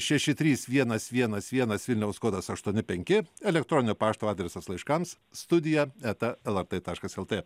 šeši trys vienas vienas vienas vilniaus kodas aštuoni penki elektroninio pašto adresas laiškams studija eta lrt taškas lt